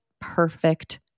perfect